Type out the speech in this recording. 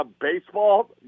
baseball